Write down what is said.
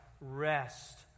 Rest